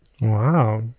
Wow